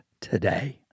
today